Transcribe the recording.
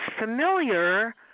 familiar